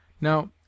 Now